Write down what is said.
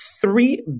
three